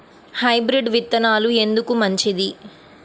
Hybrid విత్తనాలు ఎందుకు మంచిది?